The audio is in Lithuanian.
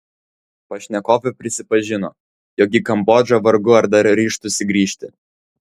pašnekovė prisipažino jog į kambodžą vargu ar dar ryžtųsi grįžti